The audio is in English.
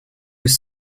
with